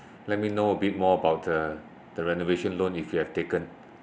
let me know a bit more about the the renovation loan if you have taken